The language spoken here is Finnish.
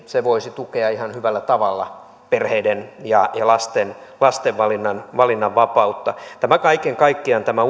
se voisi tukea ihan hyvällä tavalla perheiden ja lasten lasten valinnanvapautta kaiken kaikkiaan tämä